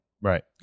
Right